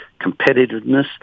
competitiveness